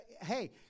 hey